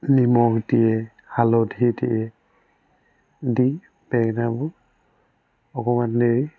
নিমখ দিয়ে হালধি দিয়ে দি বেঙেনাবোৰ অকণমান দেৰি